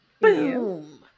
Boom